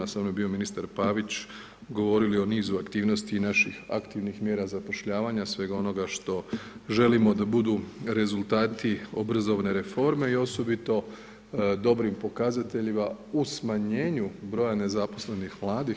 Sa nama je bio ministar Pavić, govorili o nizu aktivnosti i naših aktivnih mjera zapošljavanja, svega onoga što želimo da budu rezultati obrazovne reforme i osobito dobrim pokazateljima u smanjenju broja nezaposlenih mladih.